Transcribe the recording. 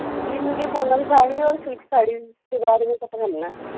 جی مجھے پونم ساڑی اور سلک ساڑی کے بارے میں پتا کرنا ہے